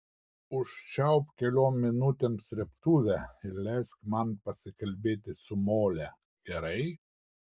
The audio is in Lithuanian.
užčiaupk keliom minutėm srėbtuvę ir leisk man pasikalbėti su mole gerai